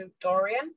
Dorian